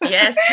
Yes